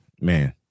man